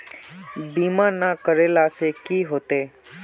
बीमा ना करेला से की होते?